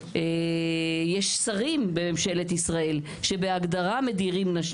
יש שרים בממשלת ישראל שבהגדרה מדירים נשים,